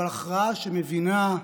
אבל הכרעה שמבינה,